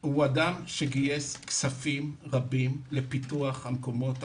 הוא אדם שגייס כספים רבים לפיתוח המקומות הקדושים.